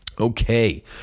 Okay